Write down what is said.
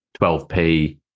12p